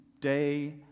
day